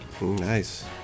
Nice